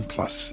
Plus